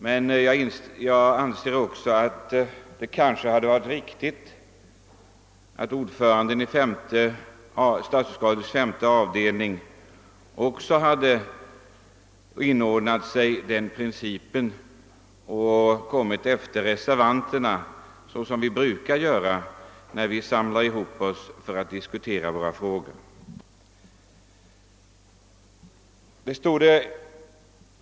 Men jag anser att det kanske hade varit riktigt att ordföranden i statsutskottets femte avdelning också hade inordnat sig vedertagen princip och talat efter reservanterna såsom vi brukar göra när vi samlas för att diskutera våra frågor.